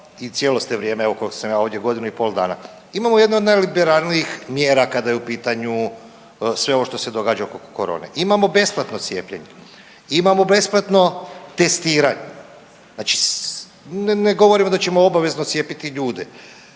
i cijelo ste vrijeme evo koliko sam ja ovdje godinu i pol dana. Imamo jednu od najliberalnijih mjera kada je u pitanju sve ovo što se događa oko korone. Imamo besplatno cijepljenje. Imamo besplatno testiranje. Znači ne govorimo da ćemo obavezno cijepiti ljude,